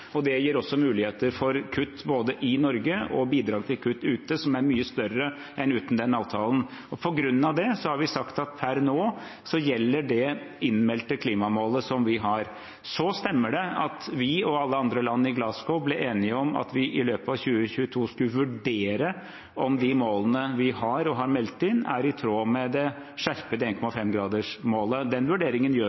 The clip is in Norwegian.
gir også muligheter for kutt i Norge og bidrag til kutt ute som er mye større enn uten den avtalen. På grunn av det har vi sagt at per nå gjelder det innmeldte klimamålet som vi har. Så stemmer det at vi og alle andre land i Glasgow ble enige om at vi i løpet av 2022 skulle vurdere om de målene vi har, og har meldt inn, er i tråd med det skjerpede 1,5-gradersmålet. Den vurderingen gjør